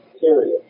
period